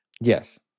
Yes